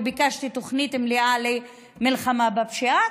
וביקשתי תוכנית מלאה למלחמה בפשיעה?